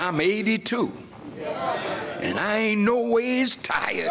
i'm eighty two and i